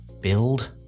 build